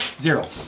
Zero